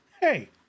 Hey